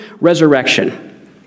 resurrection